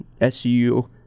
SU